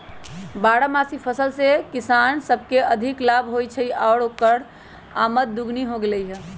बारहमासी फसल से किसान सब के अधिक लाभ होई छई आउर ओकर आमद दोगुनी हो गेलई ह